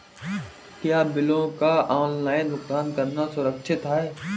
क्या बिलों का ऑनलाइन भुगतान करना सुरक्षित है?